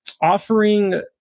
Offering